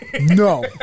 No